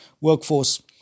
workforce